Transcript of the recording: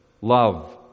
love